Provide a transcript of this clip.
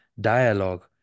dialogue